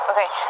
Okay